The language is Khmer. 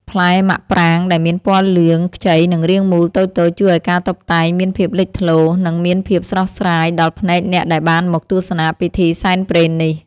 ផ្លែមាក់ប្រាងដែលមានពណ៌លឿងខ្ចីនិងរាងមូលតូចៗជួយឱ្យការតុបតែងមានភាពលេចធ្លោ និង មានភាពស្រស់ស្រាយដល់ភ្នែកអ្នកដែលបានមកទស្សនាពិធីសែនព្រេននេះ។